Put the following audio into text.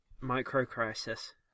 micro-crisis